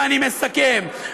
ואני מסכם,